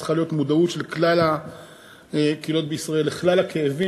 צריכה להיות מודעות של כלל הקהילות בישראל לכלל הכאבים,